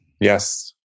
Yes